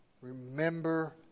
remember